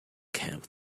camp